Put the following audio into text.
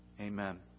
Amen